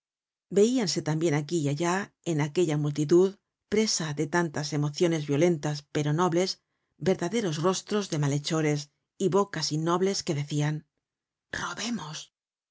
veíanse tambien aquí y allá en aquella multitud presa de tantas emociones violentas pero nobles verdaderos rostros de malhechores y bocas innobles que decian robemos